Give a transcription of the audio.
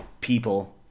people